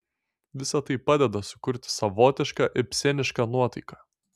visa tai padeda sukurti savotišką ibsenišką nuotaiką